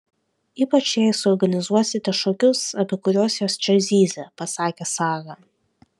ypač jei suorganizuosite šokius apie kuriuos jos čia zyzė pasakė sara